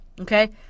Okay